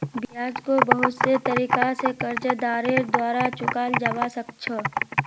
ब्याजको बहुत से तरीका स कर्जदारेर द्वारा चुकाल जबा सक छ